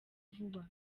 vuba